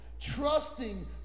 Trusting